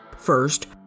First